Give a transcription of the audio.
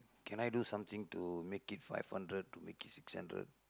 can I do something to make it five hundred to make it six hundred